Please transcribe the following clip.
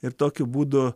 ir tokiu būdu